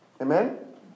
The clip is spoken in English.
Amen